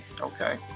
Okay